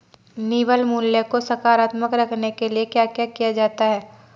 निवल मूल्य को सकारात्मक रखने के लिए क्या क्या किया जाता है?